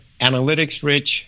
analytics-rich